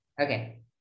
Okay